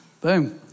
Boom